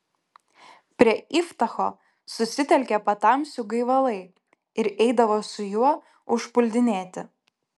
prie iftacho susitelkė patamsių gaivalai ir eidavo su juo užpuldinėti